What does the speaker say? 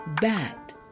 bat